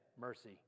Mercy